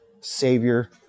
savior